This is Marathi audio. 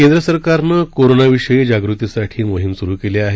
केंद्र सरकारनं कोरोनाविषयी जागृतीसाठी मोहीम सुरु केली आहे